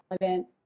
relevant